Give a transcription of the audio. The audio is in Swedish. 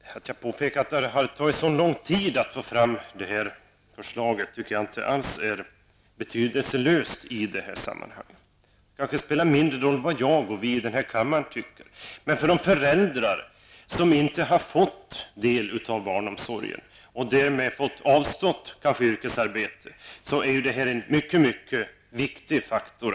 Herr talman! Att jag påpekade att det har tagit så lång tid att få fram detta förslag är inte alls betydelselöst i detta sammanhang. Det spelar kanske en mindre roll vad vi i den här kammaren tycker, men för de föräldrar som inte har fått ta del av barnomsorgen och kanske fått avstå från yrkesarbete är detta en mycket viktig faktor.